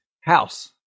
house